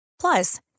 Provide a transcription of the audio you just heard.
Plus